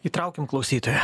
įtraukim klausytoją